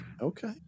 Okay